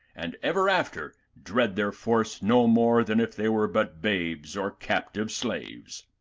and ever after dread their force no more than if they were but babes or captive slaves.